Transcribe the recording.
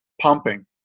pumping